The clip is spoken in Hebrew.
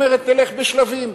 אומרת: נלך בשלבים.